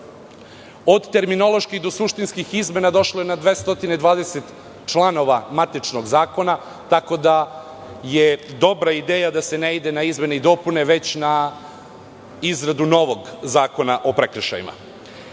terminoloških do suštinskih izmena došlo je na 220 članova matičnog zakona, tako da je dobra ideja da se ne ide na izmene i dopune već na izradu novog zakona o prekršajima.U